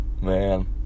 Man